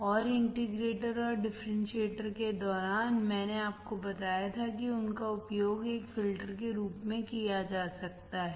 और इंटीग्रेटर और डिफरेंशिएटर के दौरान मैंने आपको बताया था कि उनका उपयोग एक फिल्टर के रूप में किया जा सकता है